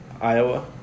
Iowa